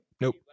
Nope